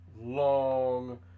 long